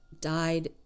died